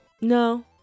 No